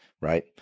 right